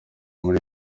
muri